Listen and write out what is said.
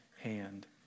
hand